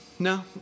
No